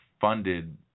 funded